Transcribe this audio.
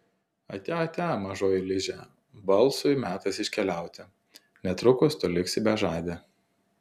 atia atia mažoji liže balsui metas iškeliauti netrukus tu liksi bežadė